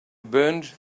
burned